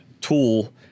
tool